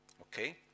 okay